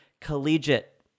collegiate